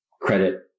credit